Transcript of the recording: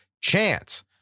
chance